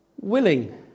willing